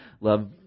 love